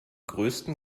größten